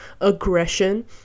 aggression